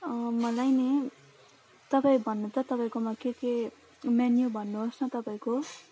मलाई पनि तपाईँ भन्नु त तपाईँकोमा के के मेन्यू भन्नु होस् न तपाईँको